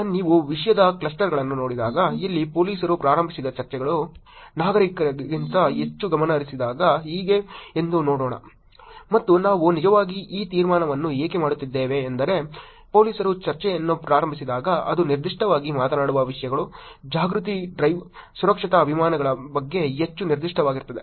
ಈಗ ನೀವು ವಿಷಯದ ಕ್ಲಸ್ಟರ್ಗಳನ್ನು ನೋಡಿದಾಗ ಇಲ್ಲಿ ಪೊಲೀಸರು ಪ್ರಾರಂಭಿಸಿದ ಚರ್ಚೆಗಳು ನಾಗರಿಕರಿಗಿಂತ ಹೆಚ್ಚು ಗಮನಹರಿಸಿದಾಗ ಹೇಗೆ ಎಂದು ನೋಡೋಣ ಮತ್ತು ನಾವು ನಿಜವಾಗಿ ಈ ತೀರ್ಮಾನವನ್ನು ಏಕೆ ಮಾಡುತ್ತಿದ್ದೇವೆ ಅಂದರೆ ಪೊಲೀಸರು ಚರ್ಚೆಯನ್ನು ಪ್ರಾರಂಭಿಸಿದಾಗ ಅದು ನಿರ್ದಿಷ್ಟವಾಗಿ ಮಾತನಾಡುವ ವಿಷಯಗಳು ಜಾಗೃತಿ ಡ್ರೈವ್ ಸುರಕ್ಷತಾ ಅಭಿಯಾನಗಳ ಬಗ್ಗೆ ಹೆಚ್ಚು ನಿರ್ದಿಷ್ಟವಾಗಿರುತ್ತದೆ